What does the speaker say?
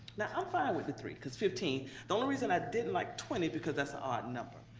now, i'm fine with the three, cause fifteen. the only reason i didn't like twenty, because that's an odd number.